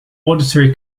auditory